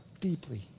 deeply